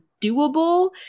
doable